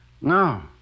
No